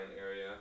area